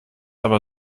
aber